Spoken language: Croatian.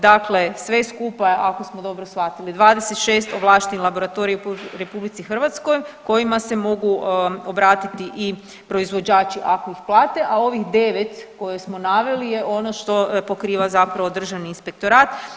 Dakle, sve skupa je ako smo dobro shvatili 26 ovlaštenih laboratorija po RH kojima se mogu obratiti i proizvođači ako ih plate, a ovih 9 koje smo naveli je ono što pokriva zapravo Državni inspektorat.